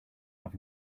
have